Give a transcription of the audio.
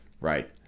Right